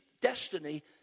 destiny